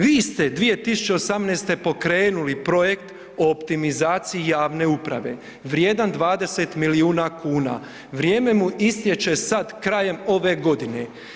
Vi ste 2018. pokrenuli projekt o optimizaciji javne uprave vrijedan 20 milijuna kuna, vrijeme mu istječe sad krajem ove godine.